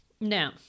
now